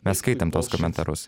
mes skaitėm tuos komentarus